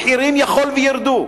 המחירים יכול שירדו.